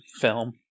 film